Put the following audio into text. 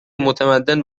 متمدن